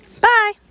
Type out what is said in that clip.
Bye